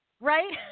Right